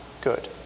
good